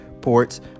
ports